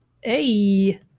Hey